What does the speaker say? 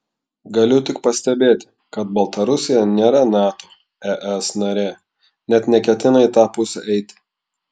galiu tik pastebėti kad baltarusija nėra nato es narė net neketina į tą pusę eiti